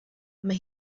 mae